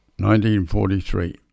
1943